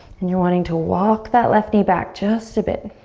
and you're wanting to walk that left knee back just a bit.